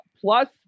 Plus